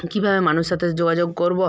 কীভাবে মানুষের সাথে যোগাযোগ করবো